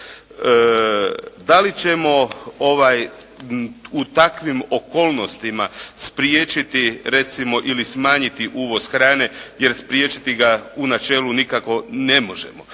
Da li ćemo u takvim okolnostima spriječiti recimo ili smanjiti uvoz hrane, jer spriječiti ga u načelu nikako ne možemo.